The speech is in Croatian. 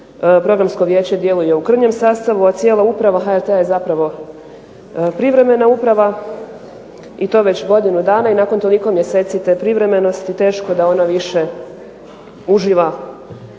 Programsko vijeće djeluje u krnjem sastavu, a cijela uprava HRT-a je zapravo privremena uprava i to već godinu dana. I nakon toliko mjeseci te privremenosti teško da ona više uživa